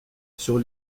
sur